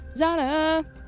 Zana